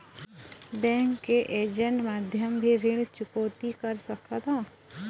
Bank के agent माध्यम भी ऋण चुकौती कर सकथों?